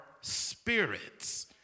spirits